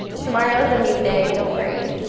tomorrow's a new day. don't worry.